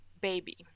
baby